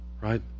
Right